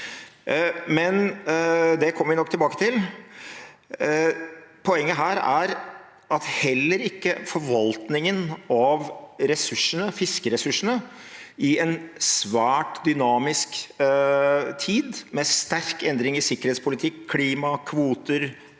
Det kommer vi nok tilbake til. Poenget er at heller ikke forvaltningen av fiskeressursene – i en svært dynamisk tid, med sterk endring i sikkerhetspolitikk, klima, kvoter,